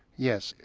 yes.